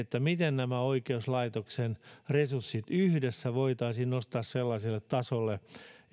miten oikeuslaitoksen resurssit yhdessä voitaisiin nostaa sellaiselle tasolle